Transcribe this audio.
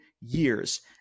years